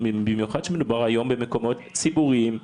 במיוחד כשמדובר היום במקומות ציבוריים.